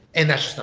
and that's